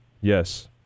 Yes